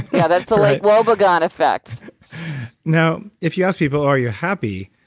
yeah, that's a lake wobegon effect now, if you ask people, are you happy?